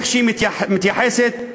כמו שהיא מתייחסת לעמיתו,